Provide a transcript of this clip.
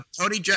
Tony